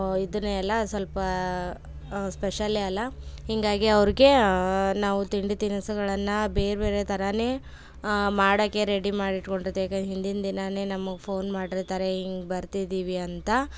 ಇದನ್ನ ಎಲ್ಲ ಸ್ವಲ್ಪ ಸ್ಪೆಷಲ್ ಅಲ್ಲ ಹೀಗಾಗಿ ಅವ್ರಿಗೆ ನಾವು ತಿಂಡಿ ತಿನಿಸುಗಳನ್ನು ಬೇರೆ ಬೇರೆ ಥರವೇ ಮಾಡೋಕ್ಕೆ ರೆಡಿ ಮಾಡಿ ಇಟ್ಕೊಂಡಿರ್ತೀವಿ ಯಾಕೆಂದ್ರೆ ಹಿಂದಿನ ದಿನವೇ ನಮಗೆ ಫೋನ್ ಮಾಡಿರ್ತಾರೆ ಹಿಂಗೆ ಬರ್ತಿದ್ದೀವಿ ಅಂತ